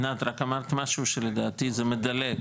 עינת, אמרת משהו שלדעתי זה מדלג.